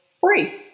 free